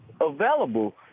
available